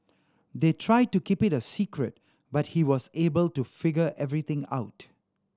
they tried to keep it a secret but he was able to figure everything out